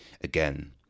again